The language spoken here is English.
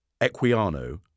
Equiano